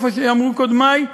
כמו שאמרו קודמי,